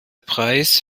preis